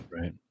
Right